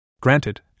Granted